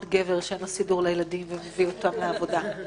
גבר שאין לו סידור לילדים ומביא אותם לעבודה.